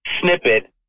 snippet